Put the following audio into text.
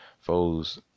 foes